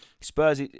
Spurs